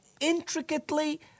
intricately